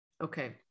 Okay